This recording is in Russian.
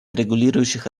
регулирующих